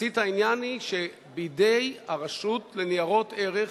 תמצית העניין היא שבידי הרשות לניירות ערך